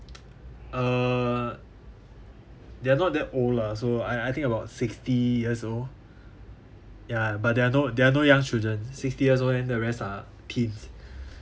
uh they're not that old lah so I I think about sixty years old ya but there are no there are no young children sixty years old then the rest are teens